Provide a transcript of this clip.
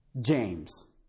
James